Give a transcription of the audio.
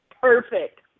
perfect